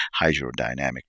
hydrodynamic